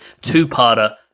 two-parter